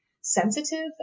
sensitive